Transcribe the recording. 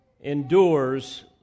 endures